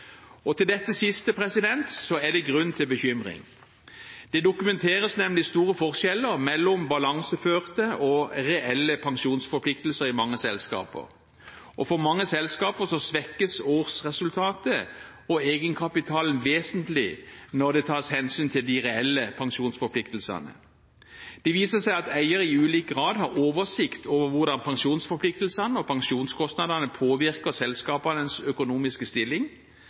og pensjonskostnader, og til dette siste er det grunn til bekymring. Det dokumenteres nemlig store forskjeller mellom balanseførte og reelle pensjonsforpliktelser i mange selskaper, og for mange selskaper svekkes årsresultatet og egenkapitalen vesentlig når det tas hensyn til de reelle pensjonsforpliktelsene. Det viser seg at eiere i ulik grad har oversikt over hvordan pensjonsforpliktelsene og pensjonskostnadene påvirker selskapenes økonomiske stilling.